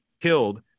killed